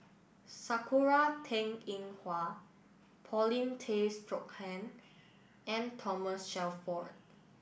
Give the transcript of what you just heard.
sakura Teng Ying Hua Paulin Tay Straughan and Thomas Shelford